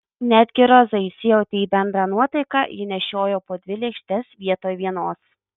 netgi roza įsijautė į bendrą nuotaiką ji nešiojo po dvi lėkštes vietoj vienos